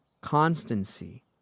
constancy